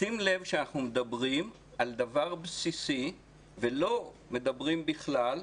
לשים לב שאנחנו מדברים על דבר בסיסי ולא מדברים בכלל,